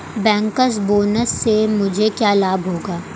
Bankers bonus से मुझे क्या लाभ होगा?